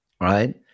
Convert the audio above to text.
right